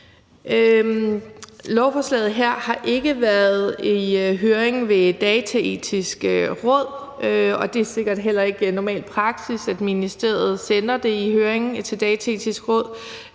Lovforslaget her har ikke været i høring ved Dataetisk Råd, og det er sikkert heller ikke normal praksis, at ministeriet sender det i høring til Dataetisk Råd.